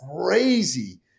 crazy